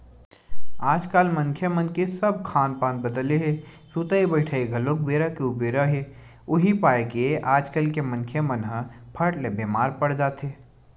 आजकल मनखे मन के सब खान पान बदले हे सुतई बइठई घलोक बेरा के उबेरा हे उहीं पाय के आजकल के मनखे मन ह फट ले बीमार पड़ जाथे